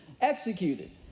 executed